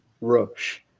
rush